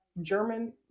German